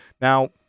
Now